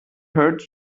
hurt